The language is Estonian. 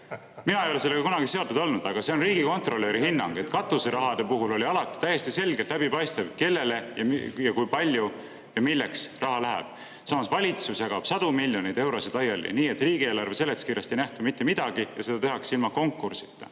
Mina ei ole sellega kunagi seotud olnud, aga see on riigikontrolöri hinnang, et katuserahade puhul oli alati täiesti selgelt läbipaistev, kellele ja kui palju ja milleks raha läheb. Samas, valitsus jagab sadu miljoneid eurosid laiali nii, et riigieelarve seletuskirjast ei nähtu mitte midagi, ja seda tehakse ilma konkursita.